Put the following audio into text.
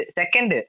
second